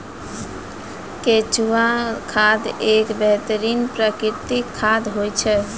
केंचुआ खाद एक बेहतरीन प्राकृतिक खाद होय छै